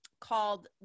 called